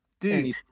dude